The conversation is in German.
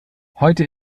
heute